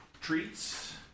treats